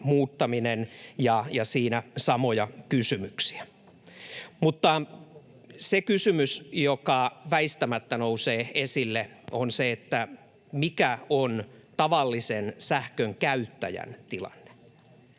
muuttaminen, ja siinä on samoja kysymyksiä. Mutta kysymys, joka väistämättä nousee esille, on se, että mikä on tavallisen sähkönkäyttäjän, yritysten